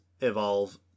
evolve